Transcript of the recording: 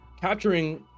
Capturing